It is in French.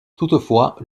toutefois